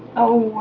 oh,